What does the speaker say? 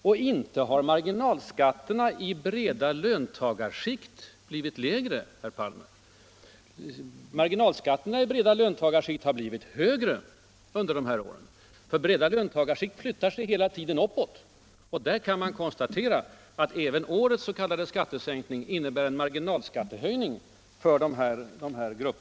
Och inte har marginalskatterna ”i breda löntagarskikt” blivit lägre, herr Palme, de har blivit högre under de här åren. Breda löntagarskikt flyttar sig nämligen hela tiden uppåt, och man kan konstatera att även årets s.k. skattesänkning innebär en marginalskattehöjning för dessa skikt.